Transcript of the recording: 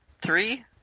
three